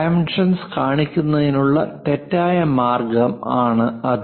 dimensions കാണിക്കുന്നതിനുള്ള തെറ്റായ മാർഗം ആണ് അത്